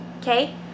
okay